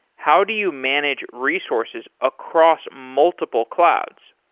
how do you manage resources across multiple clouds?